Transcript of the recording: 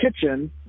kitchen